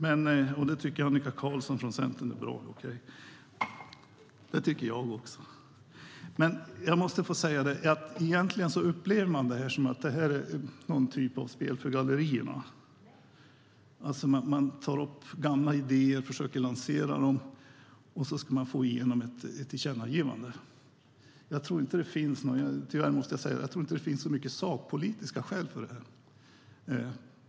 : Det är bra!) Det tycker Annika Qarlsson från Centern är bra. Okej. Det tycker jag också. Men jag måste få säga att jag upplever att det här är någon typ av spel för gallerierna. Man tar upp gamla idéer och försöker lansera dem och få igenom ett tillkännagivande. Jag måste tyvärr säga att jag inte tror att det finns så många sakpolitiska skäl till det här.